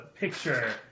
picture